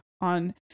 on